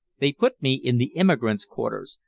they put me in the emigrants' quarters,